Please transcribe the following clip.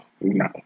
No